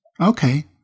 Okay